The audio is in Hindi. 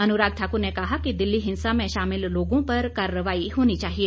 अनुराग ठाकुर ने कहा कि दिल्ली हिंसा में शामिल लोगों पर कार्रवाई होनी चाहिए